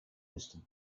listed